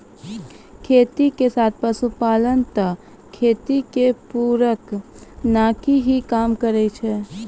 खेती के साथ पशुपालन त खेती के पूरक नाकी हीं काम करै छै